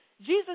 Jesus